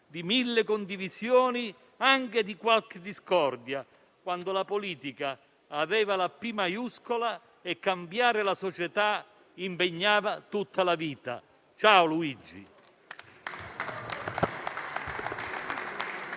di mille condivisioni, anche di qualche discordia, quando la politica aveva la "P" maiuscola e cambiare la società impegnava tutta la vita. Ciao Luigi!